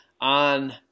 on –